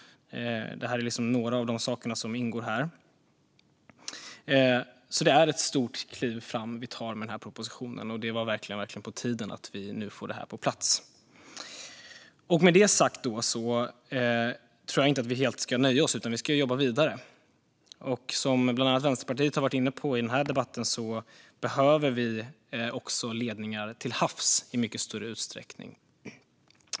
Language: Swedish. Det är några av de saker som ingår här. Det är alltså ett stort kliv fram vi tar med den här propositionen. Och det är verkligen på tiden att vi nu får detta på plats. Med det sagt tror jag inte att vi helt ska nöja oss, utan vi ska jobba vidare. Som bland annat Vänsterpartiet har varit inne på i denna debatt behöver vi ledningar till havs i mycket större utsträckning.